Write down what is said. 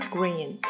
Green） 。